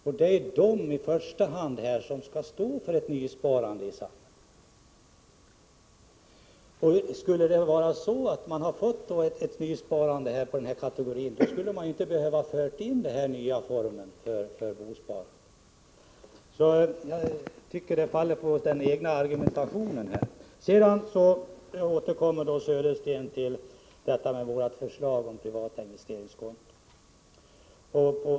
Och det är ju i första hand de som skall stå för ett nysparande i samhället. Skulle man ha fått ett nysparande hos denna kategori skulle den här nya formen för bosparande inte behövas. Jag tycker att majoritetens påståenden faller på den egna argumentationen. Sedan återkommer Bo Södersten till vårt förslag om privata investeringskonton.